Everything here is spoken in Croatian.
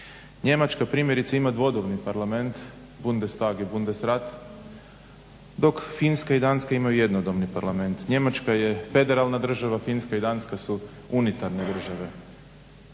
Njemačka primjerice ima dvodomni parlament Bundestag i Bundesrat dok Finska i Danska imaju jednodobni parlament. Njemačka je federalna država, Finska i Danska su unitarne države.